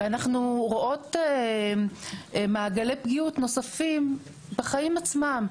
ואנחנו רואות מעגלי פגיעות נוספים בחיים עצמם.